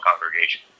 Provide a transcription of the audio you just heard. congregation